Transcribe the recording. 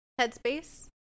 headspace